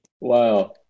Wow